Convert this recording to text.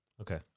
Okay